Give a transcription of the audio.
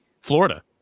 florida